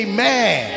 Amen